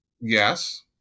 Yes